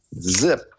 Zip